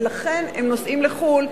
ולכן הם נוסעים לחו"ל,